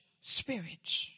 spirit